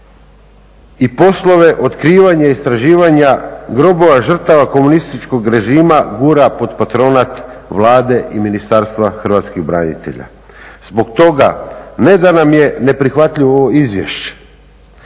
i poslove otkrivanja, istraživanja grobova žrtava komunističkog režima pod patronat Vlade i Ministarstva hrvatskih branitelja. Zbog toga, ne da nam je neprihvatljivo ovo izvješće